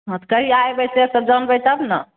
हँ तऽ कहिया अयबै से सब जानबै तब ने